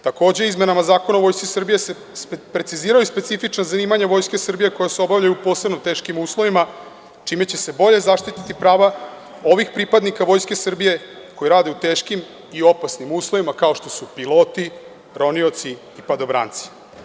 Takođe, izmenama Zakona o Vojsci Srbije se preciziraju specifična zanimanja Vojske Srbije koja se obavljaju u posebno teškim uslovima, čime će se bolje zaštiti prava ovih pripadnika Vojske Srbije koji rade u teškim i opasnim uslovima, kao što su piloti, ronioci, padobranci.